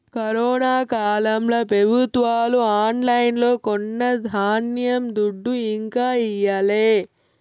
corona కాలంల పెబుత్వాలు ఆన్లైన్లో కొన్న ధాన్యం దుడ్డు ఇంకా ఈయలే